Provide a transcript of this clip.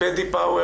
טדי פאוור?